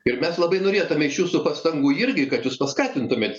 ir mes labai norėtume iš jūsų pastangų irgi kad jūs paskatintumėt